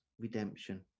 redemption